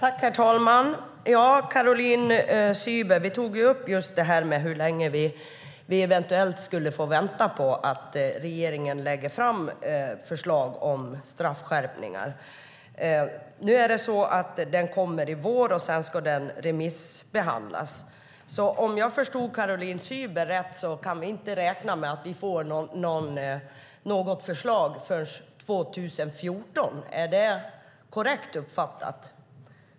Herr talman! Ja, Caroline Szyber, vi tog upp hur länge vi eventuellt skulle få vänta på att regeringen lägger fram förslag om straffskärpningar. Nu kommer utredningen i vår, och sedan ska den remissbehandlas. Om jag förstod Caroline Szyber rätt kan vi inte räkna med att vi får något förslag förrän 2014. Är det korrekt uppfattat?